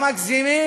המגזימים,